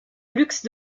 luxe